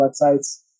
websites